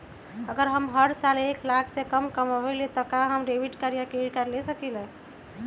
अगर हम हर साल एक लाख से कम कमावईले त का हम डेबिट कार्ड या क्रेडिट कार्ड ले सकीला?